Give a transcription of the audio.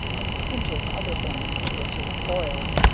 and tinges, other things with which it is boiled.